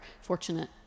fortunate